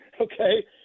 okay